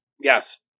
Yes